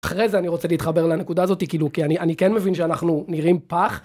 אחרי זה אני רוצה להתחבר לנקודה הזאת כאילו, כי אני כן מבין שאנחנו נראים פח.